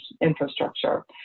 infrastructure